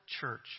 church